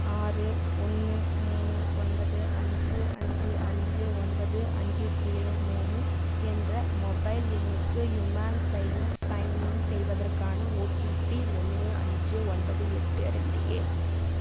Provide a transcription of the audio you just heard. ஆறு ஒன்று மூணு ஒன்பது அஞ்சு அஞ்சு அஞ்சு ஒன்பது அஞ்சு ஜீரோ மூணு என்ற மொபைல் எண்ணுக்கு யுமாங் செயலியில் சைன்இன் செய்வதற்கான ஓடிபி ஒன்று அஞ்சு ஒன்பது எட்டு ரெண்டு ஏழு